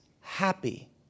happy